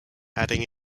adding